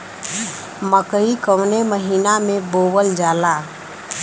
मकई कवने महीना में बोवल जाला?